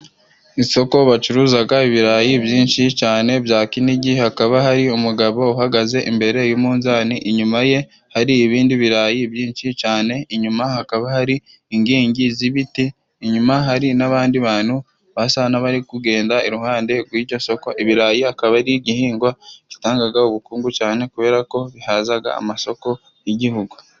Isoko bacuruzaga ibirayi byinshi cane bya kinigi. Hakaba hari umugabo uhagaze imbere y'umunzani, inyuma ye hari ibindi birarayi byinshi cane. Inyuma hakaba hari ingingi z'ibiti, inyuma hari n'abandi bandu basa n'abari kugenda iruhande rw'iryo soko. Ibirayi akaba ari igihingwa gitangaga ubukungu cyane, kubera ko bihazaga amasoko y'Igihugu.